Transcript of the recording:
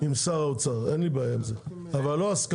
עם שר האוצר, אין לי בעיה עם זה, אבל לא הסכמה.